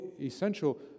essential